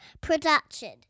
production